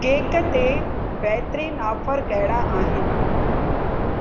cake ते बहितरीनु offer कहिड़ा आहिनि